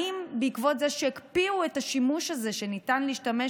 בעקבות זה שהקפיאו את השימוש הזה שניתן להשתמש